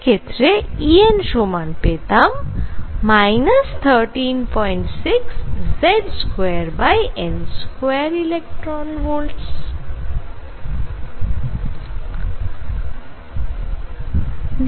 সেক্ষেত্রে En সমান পেতাম 136 Z2n2 eV